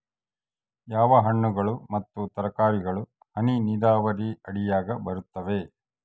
ಯಾವ ಹಣ್ಣುಗಳು ಮತ್ತು ತರಕಾರಿಗಳು ಹನಿ ನೇರಾವರಿ ಅಡಿಯಾಗ ಬರುತ್ತವೆ?